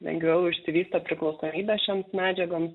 lengviau išsivysto priklausomybė šioms medžiagoms